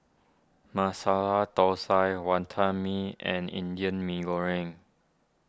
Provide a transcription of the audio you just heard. Masala Thosai Wonton Mee and Indian Mee Goreng